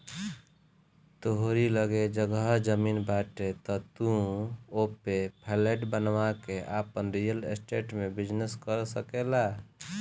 तोहरी लगे जगह जमीन बाटे तअ तू ओपे फ्लैट बनवा के आपन रियल स्टेट में बिजनेस कर सकेला